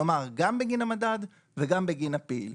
כלומר גם בגין המדד וגם בגין הפעיל.